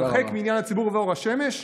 הרחק מעין הציבור ואור השמש,